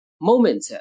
Moment